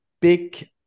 big